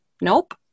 Nope